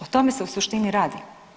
O tome se u suštini radi.